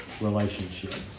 relationships